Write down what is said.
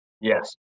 Yes